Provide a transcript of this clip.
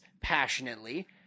passionately